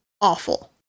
Awful